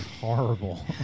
Horrible